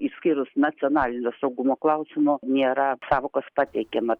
išskyrus nacionalinio saugumo klausimo nėra sąvokos pateikiama